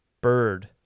bird